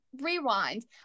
rewind